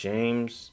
James